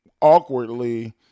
awkwardly